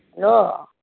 hello